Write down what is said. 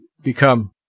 become